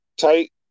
tight